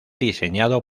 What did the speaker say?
diseñado